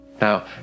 Now